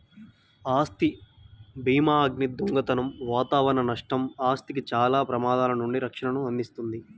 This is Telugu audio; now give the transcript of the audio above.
ఆస్తి భీమాఅగ్ని, దొంగతనం వాతావరణ నష్టం, ఆస్తికి చాలా ప్రమాదాల నుండి రక్షణను అందిస్తుంది